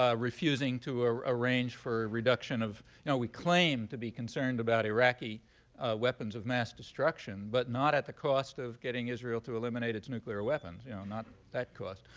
ah refusing to ah arrange for a reduction of you know we claim to be concerned about iraqi weapons of mass destruction, but not at the cost of getting israel to eliminate its nuclear weapons, you know not that cost.